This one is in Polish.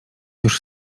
już